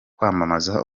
kwamamaza